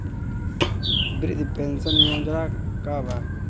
वृद्ध पेंशन योजना का बा?